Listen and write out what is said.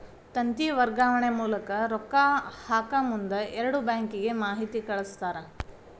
ತಂತಿ ವರ್ಗಾವಣೆ ಮೂಲಕ ರೊಕ್ಕಾ ಹಾಕಮುಂದ ಎರಡು ಬ್ಯಾಂಕಿಗೆ ಮಾಹಿತಿ ಕಳಸ್ತಾರ